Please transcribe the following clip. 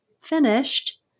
finished